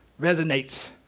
resonates